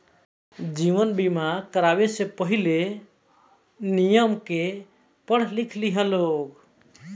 जीवन बीमा करावे से पहिले, नियम के पढ़ लिख लिह लोग